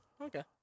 Okay